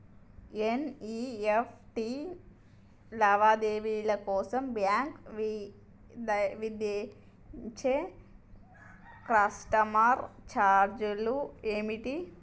NEFT లావాదేవీల కోసం bank విధించే కస్టమర్ ఛార్జీలు ఏమిటి?